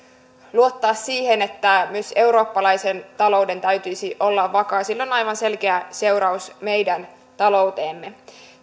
luottaa siihen että myös eurooppalaisen talouden täytyisi olla vakaa ja sillä on aivan selkeä seuraus meidän talouteemme